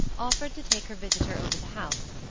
offered to take her visitor over the house,